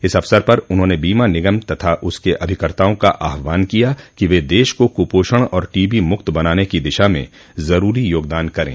इस अवसर पर उन्होंने बीमा निगम तथा उसके अभिकर्ताओं का आहवान किया कि वे देश को कुपोषण और टीबी मुक्त बनाने की दिशा में ज़रूरी योगदान करें